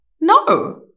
No